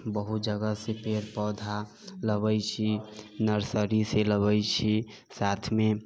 बहुत जगह से पेड़ पौधा लबै छी नर्सरी से लबै छी साथमे